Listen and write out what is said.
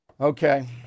Okay